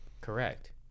Correct